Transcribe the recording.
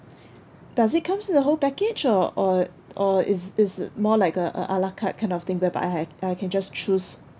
does it comes in the whole package or or or is is it more like a a a la carte kind of thing whereby I I can just choose